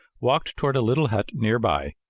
walked toward a little hut near by,